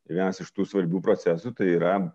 vienas iš tų svarbių procesų tai yra